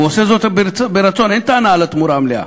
הוא עושה זאת ברצון, אין טענה על התמורה המלאה,